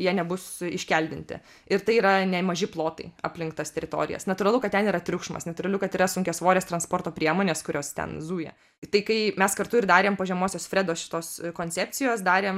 jie nebus iškeldinti ir tai yra nemaži plotai aplink tas teritorijas natūralu kad ten yra triukšmas netūralu kad yra sunkiasvorės transporto priemonės kurios ten zuja į tai kai mes kartu ir darėm po žemosios fredos šitos koncepcijos darėm